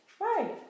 right